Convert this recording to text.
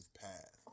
path